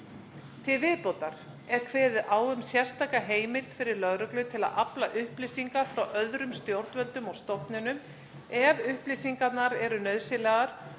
Til viðbótar er kveðið á um sérstaka heimild fyrir lögreglu til að afla upplýsinga frá öðrum stjórnvöldum og stofnunum ef upplýsingarnar eru nauðsynlegar